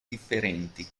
differenti